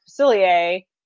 Facilier